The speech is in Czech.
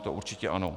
To určitě ano.